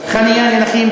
חניה לנכים.